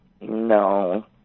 No